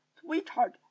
sweetheart